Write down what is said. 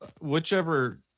whichever